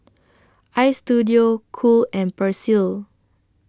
Istudio Cool and Persil